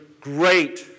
great